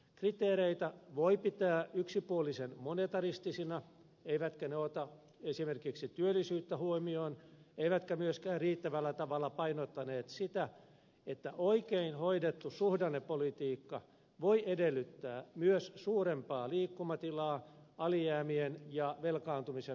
kriteereitä voi pitää yksipuolisen monetaristisina eivätkä ne ota esimerkiksi työllisyyttä huomioon eivätkä myöskään riittävällä tavalla painota sitä että oikein hoidettu suhdannepolitiikka voi edellyttää myös suurempaa liikkumatilaa alijäämien ja velkaantumisen arvioinnissa